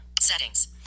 settings